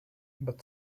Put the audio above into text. but